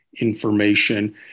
information